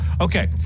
Okay